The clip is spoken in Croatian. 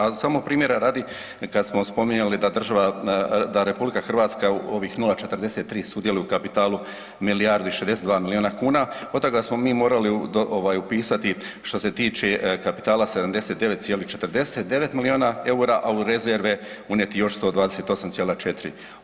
A samo primjera radi kad smo spominjali da država, da RH ovih 0,43 sudjeluje u kapitalu milijardu i 62 milijuna kuna, od toga smo mi morali ovaj upisati što se tiče kapitala 79,49 milijuna EUR-a, a u rezerve unijeti još 128,4.